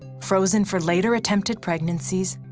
frozen for later attempted pregnancies,